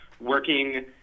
working